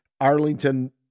arlington